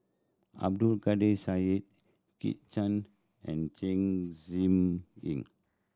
Abdul Kadir Syed Kit Chan and Chen Zhiming